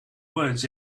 words